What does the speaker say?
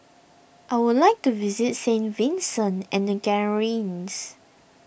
I would like to visit Saint Vincent and the Grenadines